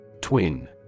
Twin